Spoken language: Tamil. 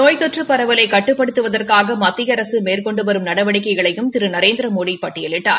நோய் தொற்று பரவலை கட்டுப்படுத்துவதற்காக மத்திய அரசு மேற்கொண்டு வரும் நடவடிக்கைகளையும் திரு நரேந்திரமோடி பட்டியலிட்டார்